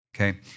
okay